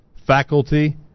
faculty